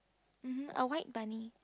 mmhmm a white bunny